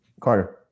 Carter